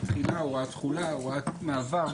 תחילה, הוראה תחולה, הוראת מעבר.